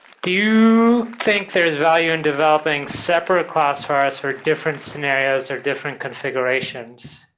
do you think there is value in developing separate classifiers for different scenarios or different configurations?